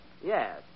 Yes